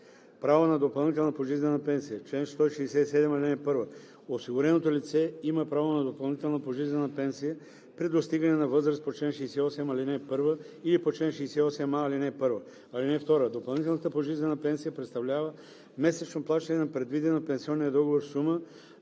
„Право на допълнителна пожизнена пенсия Чл. 167 (1) Осигуреното лице има право на допълнителна пожизнена пенсия при достигане на възраст по чл. 68, ал. 1 или по чл. 68а, ал. 1. (2) Допълнителната пожизнена пенсия представлява месечно плащане на предвидена в пенсионния договор сума,